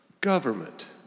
government